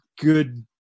good